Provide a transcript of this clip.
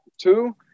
two